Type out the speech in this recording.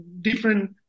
different